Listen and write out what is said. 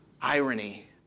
irony